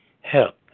help